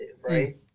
right